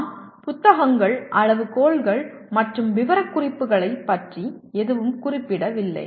நாம் புத்தகங்கள் அளவுகோல்கள் மற்றும் விவரக்குறிப்புகளைப் பற்றி எதுவும் குறிப்பிடவில்லை